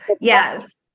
Yes